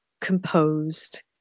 composed